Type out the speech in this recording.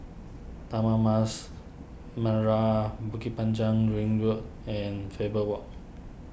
Taman Mas Merah Bukit Panjang Ring Road and Faber Walk